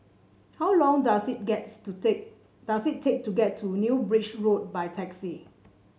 how long does it gets to take does it take to get to New Bridge Road by taxi